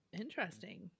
Interesting